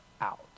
out